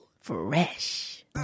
Fresh